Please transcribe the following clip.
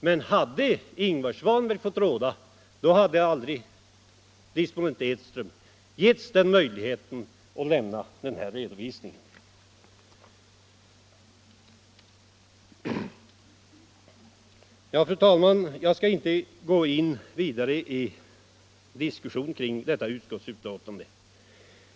Men hade herr Ingvar Svanberg fått råda, då hade aldrig disponent Edström getts den möjligheten. Fru talman! Jag skall inte gå in i vidare diskussion kring detta utskottsbetänkande.